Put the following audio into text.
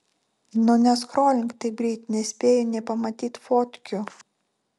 nu neskrolink taip greit nespėju nė pamatyt fotkių